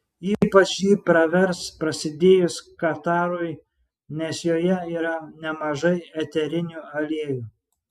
ypač ji pravers prasidėjus katarui nes joje yra nemažai eterinių aliejų